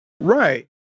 Right